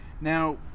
now